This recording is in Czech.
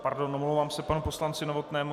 Pardon, omlouvám se panu poslanci Novotnému.